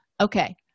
Okay